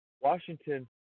Washington